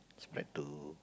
spread to